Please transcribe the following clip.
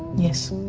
yes.